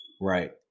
Right